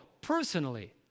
personally